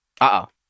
Uh-oh